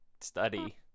study